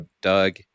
Doug